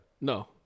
No